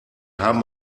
haben